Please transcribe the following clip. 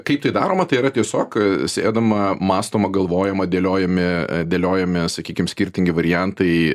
kaip tai daroma tai yra tiesiog sėdama mąstoma galvojama dėliojami dėliojami sakykim skirtingi variantai